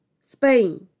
Spain